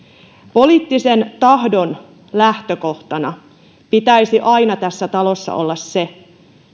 poliittisen tahdon lähtökohtana pitäisi aina tässä talossa olla se